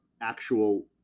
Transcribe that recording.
actual